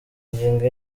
ngingo